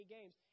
Games